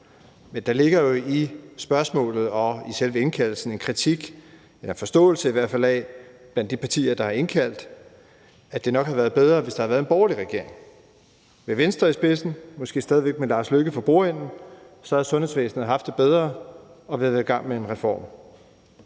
Men der ligger jo i spørgsmålet og i selve indkaldelsen en kritik – eller i hvert fald blandt de partier, der har indkaldt, en forståelse af, at det nok havde været bedre, hvis der havde været en borgerlig regering med Venstre i spidsen, måske stadig væk med Lars Løkke Rasmussen for bordenden. Så havde sundhedsvæsenet haft det bedre og vi havde været i gang med en reform.